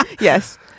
Yes